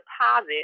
deposit